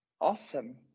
awesome